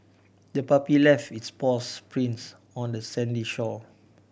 the puppy left its paws prints on the sandy shore